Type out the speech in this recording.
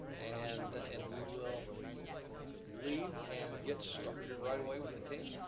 and and we will leave and get started right away with the team.